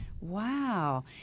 Wow